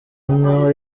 niho